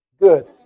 Good